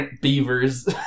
Beavers